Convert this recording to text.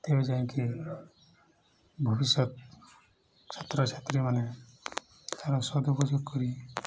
ତେବେ ଯାଇଁକି ଭବିଷ୍ୟତ ଛାତ୍ରଛାତ୍ରୀମାନେ ତାର ସଦୁପଯୋଗ କରି